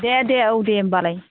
दे दे औ दे होमबालाय